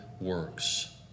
works